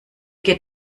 geht